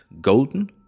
golden